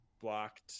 blocked